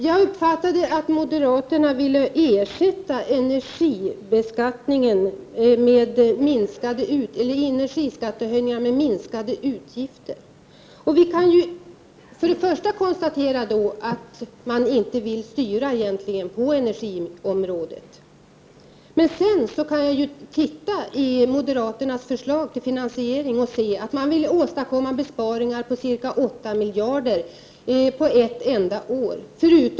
Jag uppfattade det så att moderaterna ville ersätta energiskattehöjningar med minskade utgifter. Vi kan konstatera att moderaterna egentligen inte vill ha någon styrning på energiområdet. När man tittar på moderaternas förslag till finansiering kan man konstatera att moderaterna vill åstadkomma besparingar på ca 8 miljarder på ett enda år.